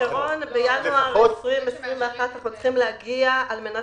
בינואר 2021 אנחנו צריכים להגיע על מנת